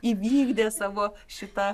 įvykdė savo šitą